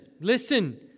listen